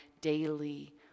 daily